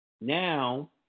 Now